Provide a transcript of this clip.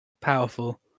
powerful